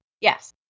Yes